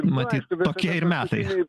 matyt tokie ir metai